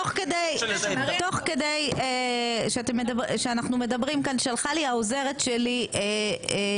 תוך כדי כך שאנחנו מדברים כאן שלחה לי העוזרת שלי שלוש